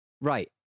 Right